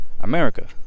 America